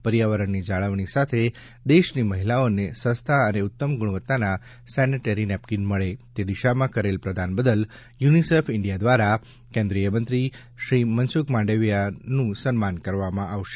પર્યાવરણની જાળવણી સાથે દેશની મહિલાઓને સસ્તા અને ઉત્તમ ગુણવત્તાના સેનેટરી નેપકીન મળે તે દિશામાં કરેલ પ્રદાન બદલ યુનિસેફ ઇન્ડિયા દ્વારા કેન્દ્રિય મંત્રીશ્રી મનસુખભાઈ માંડવિયાનું સન્માન કરવામાં આવશે